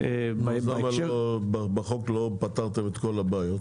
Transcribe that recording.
למה בחוק לא פתרתם את כל הבעיות?